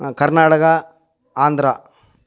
Karnataka Andhra